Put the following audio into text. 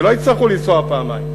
שלא יצטרכו לנסוע פעמיים.